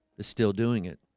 they're still doing it